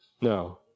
No